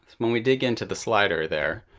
when we dig into the slider there,